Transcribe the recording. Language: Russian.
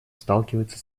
сталкивается